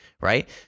right